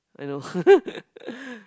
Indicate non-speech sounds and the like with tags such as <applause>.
I know <laughs>